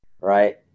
Right